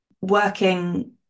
working